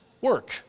work